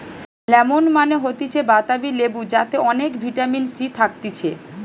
lemon মানে হতিছে বাতাবি লেবু যাতে অনেক ভিটামিন সি থাকতিছে